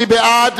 מי בעד?